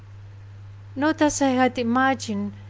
not as i had imagined,